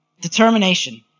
Determination